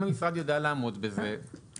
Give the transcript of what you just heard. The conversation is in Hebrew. אם המשרד יודע לעמוד בזה.